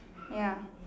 ya